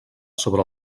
sobre